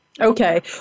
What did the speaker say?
Okay